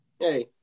Hey